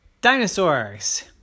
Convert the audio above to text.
dinosaurs